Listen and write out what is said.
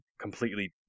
completely